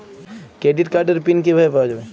Credit কার্ডের pin কিভাবে পাওয়া যাবে?